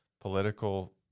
political